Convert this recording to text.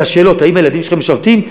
לשאלות: האם הילדים שלכם משרתים?